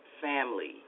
family